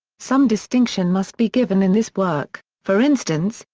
some distinction must be given in this work, for instance,